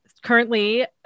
currently